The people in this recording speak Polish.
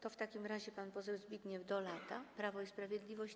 To w takim razie pan poseł Zbigniew Dolata, Prawo i Sprawiedliwość.